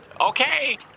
Okay